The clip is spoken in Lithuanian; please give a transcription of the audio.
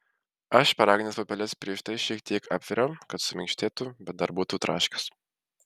aš šparagines pupeles prieš tai šiek tiek apviriau kad suminkštėtų bet dar būtų traškios